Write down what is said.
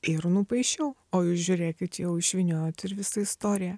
ir nupaišiau o jūs žiūrėkit jau išvyniojot ir visą istoriją